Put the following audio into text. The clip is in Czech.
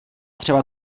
třeba